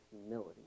humility